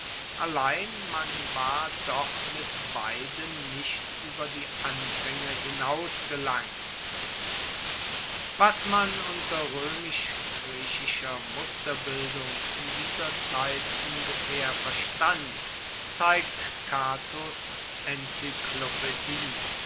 allein man war doch mit beiden nicht über die anfänge hinausgelangt was man unter römisch griechischer musterbildung in dieser zeit ungefähr verstand zeigt catos encyklopädie